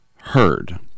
heard